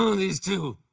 these two!